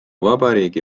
vabariigi